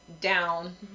down